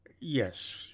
Yes